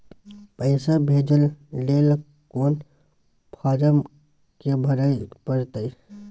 पैसा भेजय लेल कोन फारम के भरय परतै?